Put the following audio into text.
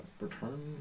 return